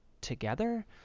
together